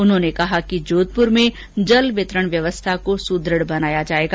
उन्होंने कहा कि जोधपुर में जल वितरण व्यवस्था को सुदृढ़ बनाया जाएगा